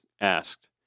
asked